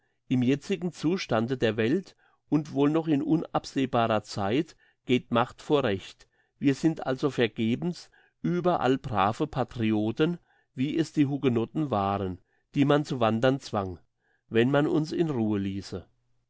im jetzigen zustande der welt und wohl noch in unabsehbarer zeit geht macht vor recht wir sind also vergebens überall brave patrioten wie es die hugenotten waren die man zu wandern zwang wenn man uns in ruhe liesse